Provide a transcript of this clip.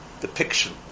depiction